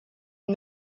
and